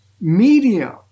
medium